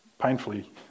painfully